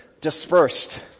dispersed